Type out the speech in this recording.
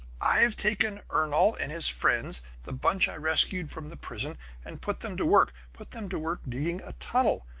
i've taken ernol and his friends the bunch i rescued from the prison and put them to work. put them to work digging a tunnel!